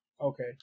okay